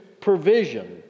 provision